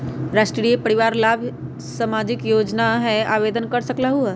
राष्ट्रीय परिवार लाभ योजना सामाजिक योजना है आवेदन कर सकलहु?